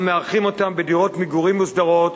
המארחים אותם בדירות מגורים מוסדרות,